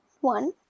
one